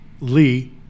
Lee